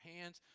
hands